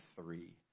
three